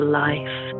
life